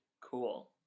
Cool